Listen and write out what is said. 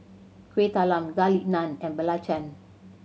Kueh Talam Garlic Naan and belacan